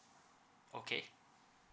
okay